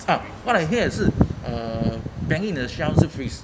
ah what I hear 也是 uh banking 的 shelves 是 freeze